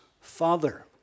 Father